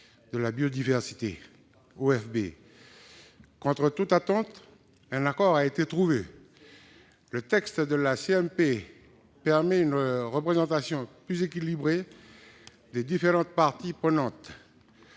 de la biodiversité. Contre toute attente, un accord a été trouvé. Le texte de la CMP permet une représentation plus équilibrée des différentes parties prenantes.